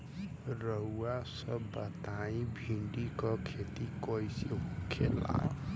रउआ सभ बताई भिंडी क खेती कईसे होखेला?